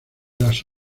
las